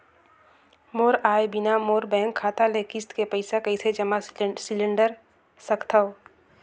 मोर आय बिना मोर बैंक खाता ले किस्त के पईसा कइसे जमा सिलेंडर सकथव?